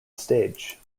stage